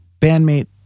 bandmate